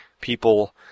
people